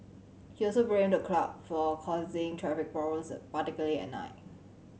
he also blamed the club for causing traffics particularly at night